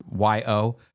Yo